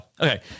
Okay